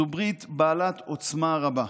זו ברית בעלת עוצמה רבה,